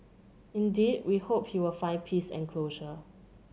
indeed we hope he will find peace and closure